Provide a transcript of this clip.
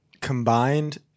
combined